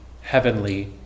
heavenly